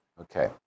Okay